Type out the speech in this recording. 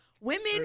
Women